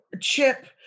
Chip